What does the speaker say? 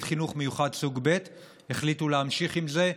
חינוך מיוחד סוג ב' החליטו להמשיך עם זה,